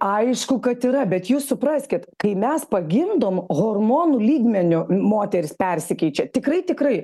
aišku kad yra bet jūs supraskit kai mes pagimdom hormonų lygmeniu moteris persikeičia tikrai tikrai